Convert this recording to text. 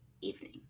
evening